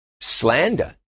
slander